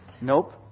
Nope